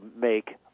make